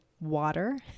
water